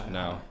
now